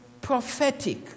prophetic